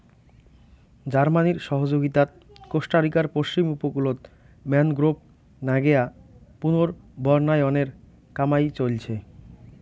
জার্মানির সহযগীতাত কোস্টারিকার পশ্চিম উপকূলত ম্যানগ্রোভ নাগেয়া পুনর্বনায়নের কামাই চইলছে